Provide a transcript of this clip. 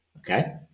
Okay